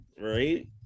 right